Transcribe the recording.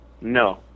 No